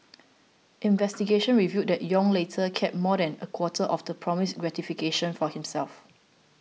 investigations revealed that Yong later kept more than a quarter of the promised gratification for himself